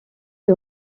est